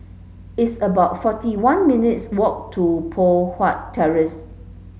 it's about forty one minutes' walk to Poh Huat Terrace